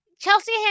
Chelsea